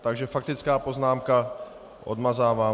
Takže faktickou poznámku odmazávám.